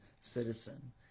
citizen